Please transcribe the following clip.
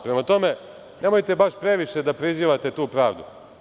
Prema tome, nemojte baš previše da prizivate tu pravdu.